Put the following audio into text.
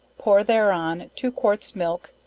pour thereon two quarts milk,